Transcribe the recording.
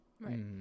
Right